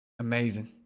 Amazing